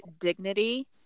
dignity